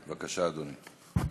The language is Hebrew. בבקשה, אדוני.